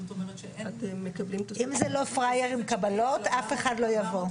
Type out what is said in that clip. זאת אומרת שאין --- אם זה לא פראייר עם קבלות אף אחד לא יבוא.